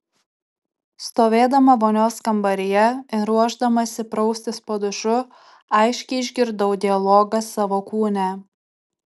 stovėdama vonios kambaryje ir ruošdamasi praustis po dušu aiškiai išgirdau dialogą savo kūne